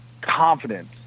confidence